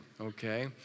okay